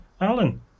Alan